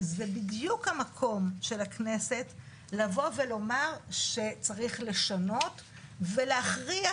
זה בדיוק המקום של הכנסת לבוא ולומר שצריך לשנות ולהכריח